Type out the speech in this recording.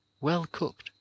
well-cooked